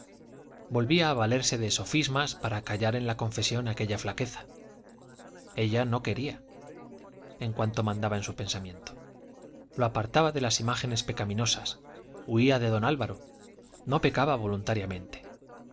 volvía a valerse de sofismas para callar en la confesión aquella flaqueza ella no quería en cuanto mandaba en su pensamiento lo apartaba de las imágenes pecaminosas huía de don álvaro no pecaba voluntariamente